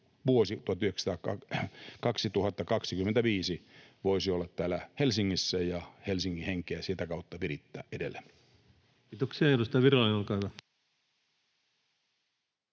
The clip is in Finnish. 2025 voisi olla täällä Helsingissä ja Helsingin henkeä voitaisiin sitä kautta virittää edelleen. Kiitoksia. — Edustaja Virolainen, olkaa hyvä.